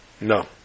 No